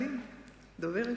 אדוני היושב-ראש,